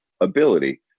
ability